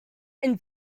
and